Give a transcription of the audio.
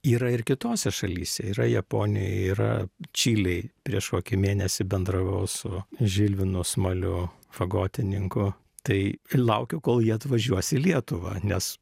yra ir kitose šalyse yra japonijoj yra čilėj prieš kokį mėnesį bendravau su žilvinu smaliu fagotininku tai laukiu kol jie atvažiuos į lietuvą nes